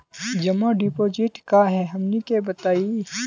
जमा डिपोजिट का हे हमनी के बताई?